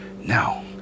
Now